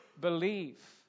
believe